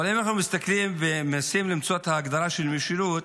אבל אם אנחנו מסתכלים ומנסים למצוא את ההגדרה של משילות,